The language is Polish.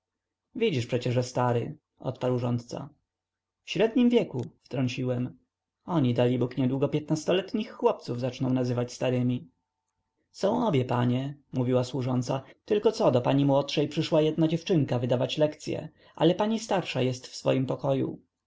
widzisz przecie że stary odparł rządca w średnim wieku wtrąciłem oni dalibóg niedługo piętnastoletnich chłopców zaczną nazywać starymi są obie panie mówiła służąca tylo co do pani młodszej przyszła jedna dziewczynka wydawać lekcye ale pani starsza jest w swoim pokoju